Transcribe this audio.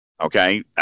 Okay